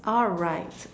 alright